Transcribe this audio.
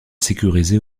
sécurisée